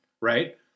right